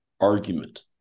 argument